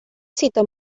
cita